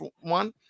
one